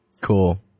Cool